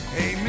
Hey